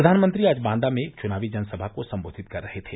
प्रधानमंत्री आज बांदा में एक चुनावी जनसभा को सम्बोधित कर रहे थे